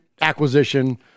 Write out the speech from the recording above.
acquisition